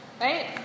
Right